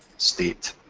state,